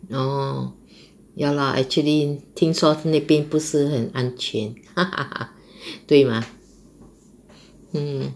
orh ya lah actually 听说那边不是很安全 对吗 mm